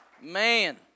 Man